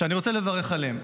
שאני רוצה לברך עליהן,